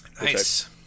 Nice